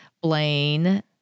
Blaine